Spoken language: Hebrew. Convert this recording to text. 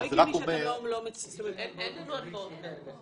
זה לא הגיוני שאתם לא --- תגיד שאין הלוואות לצדדים קשורים.